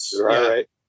right